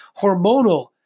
hormonal